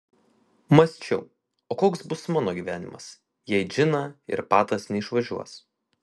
mąsčiau o koks bus mano gyvenimas jei džina ir patas neišvažiuos